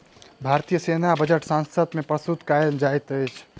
भारतीय सेना बजट संसद मे प्रस्तुत कयल जाइत अछि